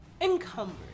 encumbered